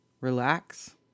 relax